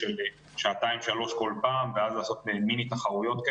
שעתיים שלוש כל פעם ואז לעשות מיני תחרויות.